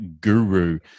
guru